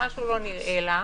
כשמשהו לא נראה לה,